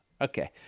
Okay